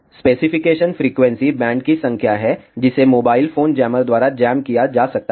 specification frequency band की संख्या है जिसे मोबाइल फोन जैमर द्वारा जाम किया जा सकता है